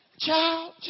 Child